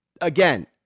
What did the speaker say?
again